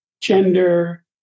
gender